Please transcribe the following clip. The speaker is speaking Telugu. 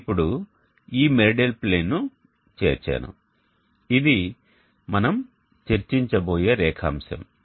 నేను ఇప్పుడు ఈ మెరిడియల్ ప్లేన్ను చేర్చాను ఇది మనం చర్చించ బోయే రేఖాంశం